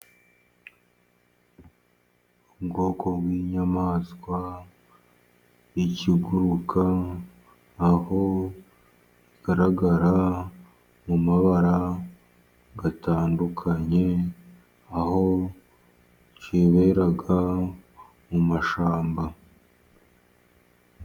Ubwoko bw'inyamaswa ikiguruka, aho kigaragara mu mabara atandukanye, aho kibera mu mashyamba.